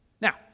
Now